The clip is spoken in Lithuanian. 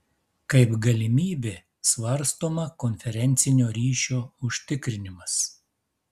kaip galimybė svarstoma konferencinio ryšio užtikrinimas